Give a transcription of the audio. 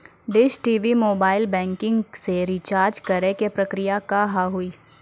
Dish TV mobile banking से recharge करे के प्रक्रिया का हाव हई?